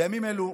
בימים אלו,